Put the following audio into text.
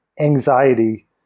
anxiety